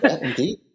indeed